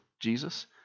Jesus